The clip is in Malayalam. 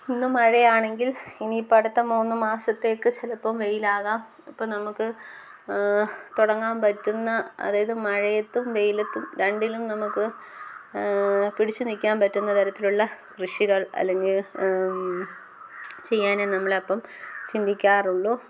ഇന്നു മഴയാണെങ്കിൽ ഇനിയിപ്പോൾ അടുത്ത മൂന്നു മാസത്തേക്ക് ചിലപ്പം വെയിലാകാം ഇപ്പോൾ നമുക്ക് തുടങ്ങാൻ പറ്റുന്ന അതായത് മഴയത്തും വെയിലത്തും രണ്ടിലും നമുക്ക് പിടിച്ച് നിൽക്കാൻ പറ്റുന്ന തരത്തിലുള്ള കൃഷികൾ അല്ലെങ്കിൽ ചെയ്യാൻ നമ്മളപ്പം ചിന്തിക്കാറുള്ളൂ